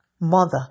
mother